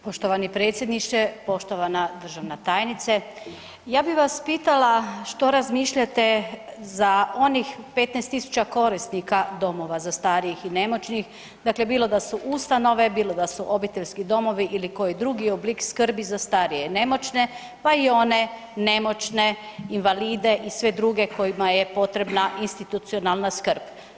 Poštovani predsjedniče, poštovana državna tajnice, ja bi vas pitala što razmišljate za onih 15 tisuća korisnika domova za starijih i nemoćnih, dakle bilo da su ustanove, bilo da su obiteljski domovi ili koji drugi oblik skrbi za starije i nemoćne, pa i one nemoćne, invalide i sve druge kojima je potrebna institucionalna skrb.